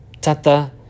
Tata